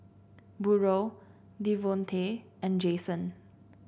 Burrel Devontae and Jason